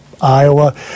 Iowa